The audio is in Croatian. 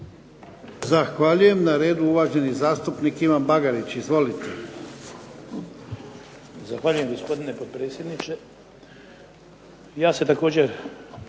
Zahvaljujem. Odgovor na repliku uvaženi zastupnik Ivan Bagarić. Izvolite.